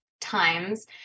times